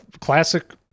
classic